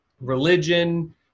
religion